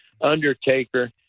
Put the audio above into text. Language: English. Undertaker